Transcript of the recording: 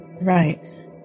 Right